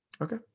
Okay